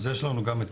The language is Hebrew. אז יש לנו גם את